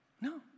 No